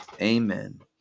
amen